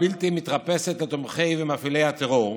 הבלתי-מתרפסת כלפי תומכי ומפעילי הטרור,